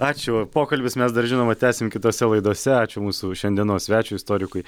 ačiū pokalbis mes dar žinoma tęsime kitose laidose ačiū mūsų šiandienos svečiui istorikui